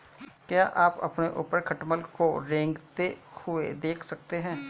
क्या आप अपने ऊपर खटमल को रेंगते हुए देख सकते हैं?